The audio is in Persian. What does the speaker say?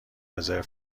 رزرو